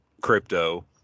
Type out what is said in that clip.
crypto